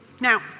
Now